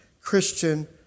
Christian